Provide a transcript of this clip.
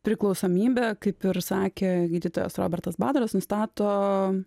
priklausomybę kaip ir sakė gydytojas robertas badaras nustato